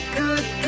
good